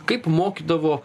kaip mokydavo